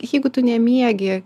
jeigu tu nemiegi